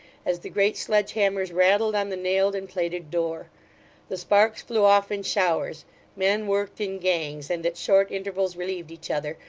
as the great sledge-hammers rattled on the nailed and plated door the sparks flew off in showers men worked in gangs, and at short intervals relieved each other,